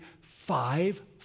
five